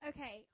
Okay